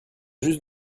juste